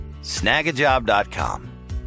Snagajob.com